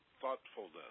thoughtfulness